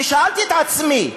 ושאלתי את עצמי: